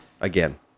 again